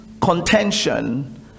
contention